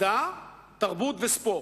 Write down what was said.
מדע, תרבות וספורט.